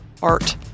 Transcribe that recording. Art